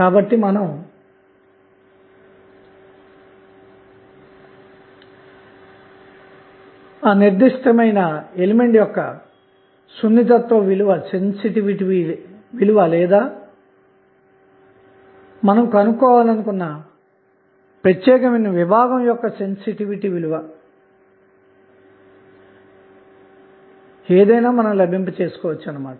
కాబట్టి మనకి ఆ నిర్దిష్ట మూలకం యొక్క సున్నితత్వం విలువ లేదా మనం కనుగొనాలనుకొన్న ఆ ప్రత్యేక విభాగం యొక్క సున్నితత్వం విలువ లభిస్తుంది అన్నమాట